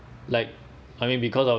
like I mean because of